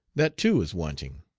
that too is wanting.